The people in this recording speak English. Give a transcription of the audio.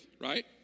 right